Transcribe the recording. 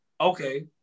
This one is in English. Okay